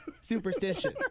superstition